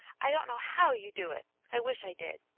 i don't know how you do it i wish i did.